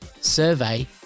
survey